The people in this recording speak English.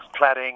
cladding